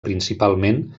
principalment